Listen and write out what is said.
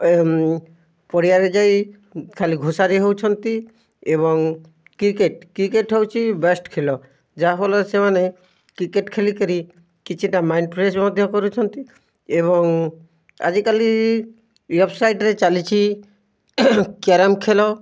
ପଡ଼ିଆରେ ଯାଇ ଖାଲି ଘୋଷାରି ହେଉଛନ୍ତି ଏବଂ କ୍ରିକେଟ୍ କ୍ରିକେଟ୍ ହେଉଛି ବେଷ୍ଟ୍ ଖେଲ ଯାହାଫଲରେ ସେମାନେ କ୍ରିକେଟ୍ ଖେଲିକରି କିଛିଟା ମାଇଣ୍ଡ୍ ଫ୍ରେଶ୍ ମଧ୍ୟ କରୁଛନ୍ତି ଏବଂ ଆଜିକାଲି ୱେବ୍ସାଇଟ୍ରେ ଚାଲିଛି କ୍ୟାରୋମ୍ ଖେଲ